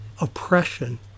Oppression